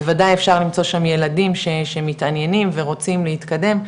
בוודאי אפשר למצוא שם ילדים שמתעניינים ורוצים להתקדם,